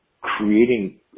creating